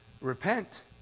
Repent